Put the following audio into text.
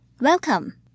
Welcome